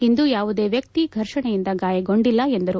ಇಂದು ಯಾವುದೇ ವ್ಯಕ್ತಿ ಫರ್ಷಣೆಯಿಂದ ಗಾಯಗೊಂಡಿಲ್ಲ ಎಂದರು